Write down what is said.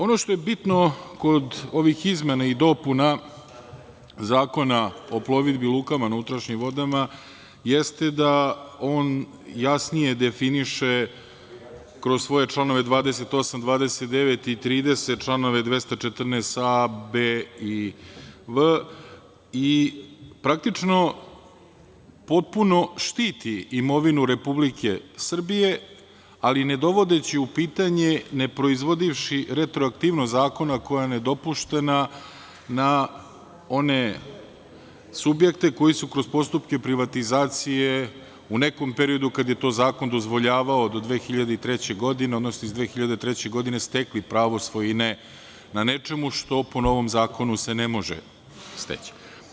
Ono što je bitno kod ovih izmena i dopuna Zakona o plovidbi i lukama na unutrašnjim vodama jeste da on jasnije definiše kroz svoje članove 28, 29. i 30, članove 214a, b) i v). i praktično potpuno štiti imovinu Republike Srbije, ali ne dovodeći u pitanje, ne proizvodivši retroaktivnost zakona koja je nedopuštena na one subjekte koji su kroz postupke privatizacije u nekom periodu kada je to zakon dozvoljavao do 2003. godine, odnosno iz 2003. godine stekli pravo svojine na nečemu što po novom zakonu se ne može steći.